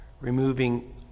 removing